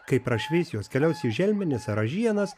kai prašvis jos keliaus į želmenis ar ražienas